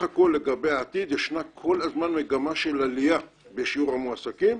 הכול לגבי העתיד יש כל הזמן מגמה של עלייה בשיעור המועסקים.